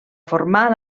formar